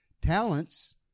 talents